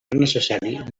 necessari